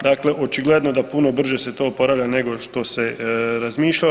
Dakle, očigledno da puno brže se to oporavlja nego što se razmišljalo.